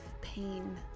pain